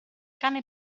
cane